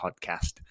podcast